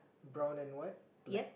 brown and white black